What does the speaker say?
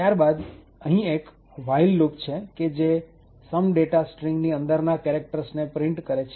ત્યારબાદ અહીં એક while લુપ છે કે જે some data સ્ટ્રીંગની અંદરના કેરેક્ટર્સ ને પ્રિન્ટ કરે છે